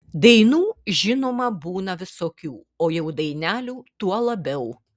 dainų žinoma būna visokių o jau dainelių tuo labiau